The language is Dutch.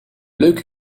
leuk